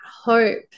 hope